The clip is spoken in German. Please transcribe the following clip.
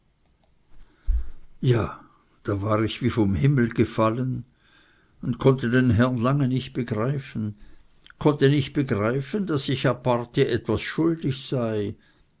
ja da war ich wie vom himmel gefallen und konnte den herrn lange nicht begreifen konnte nicht begreifen daß ich aparti etwas schuldig sei